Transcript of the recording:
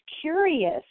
curious